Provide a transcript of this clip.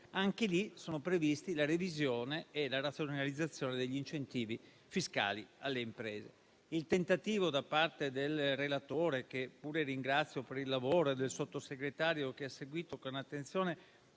anche lì sono previsti la revisione e la razionalizzazione degli incentivi fiscali alle imprese. Il tentativo da parte del relatore, che pure ringrazio per il lavoro, e del Sottosegretario, che ha seguito con attenzione